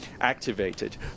activated